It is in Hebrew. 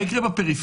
מה יקרה בפריפריה?